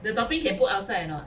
the topping can put outside or not